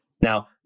Now